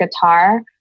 guitar